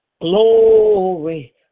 glory